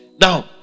Now